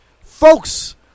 Folks